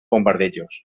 bombardejos